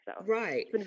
right